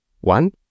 One